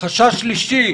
חשש שלישי,